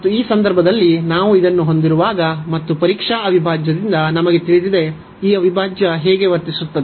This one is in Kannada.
ಮತ್ತು ಈ ಸಂದರ್ಭದಲ್ಲಿ ನಾವು ಇದನ್ನು ಹೊಂದಿರುವಾಗ ಮತ್ತು ಪರೀಕ್ಷಾ ಅವಿಭಾಜ್ಯದಿಂದ ನಮಗೆ ತಿಳಿದಿದೆ ಈ ಅವಿಭಾಜ್ಯ ಹೇಗೆ ವರ್ತಿಸುತ್ತದೆ